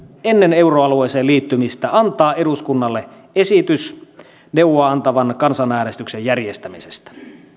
ennen euroalueeseen liittymistä antaa eduskunnalle esitys neuvoa antavan kansanäänestyksen järjestämisestä